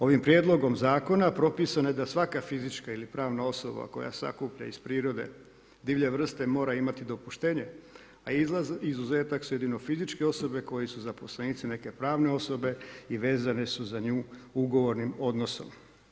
Ovim prijedlogom zakona propisano je da svaka fizička ili pravna osoba koja sakuplja iz prirode divlje vrste mora imati dopuštenje a izuzetak su jedino fizičke osobe koje su zaposlenici neke pravne osobe i vezane su za nju ugovornim odnosom.